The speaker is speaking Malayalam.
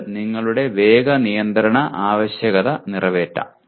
ഇത് നിങ്ങളുടെ വേഗത നിയന്ത്രണ ആവശ്യകത നിറവേറ്റാം